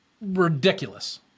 Ridiculous